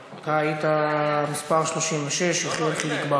לא, אתה היית מס' 36: יחיאל חיליק בר.